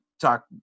talk